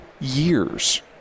years